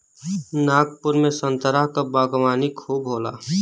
नागपुर में संतरा क बागवानी खूब होला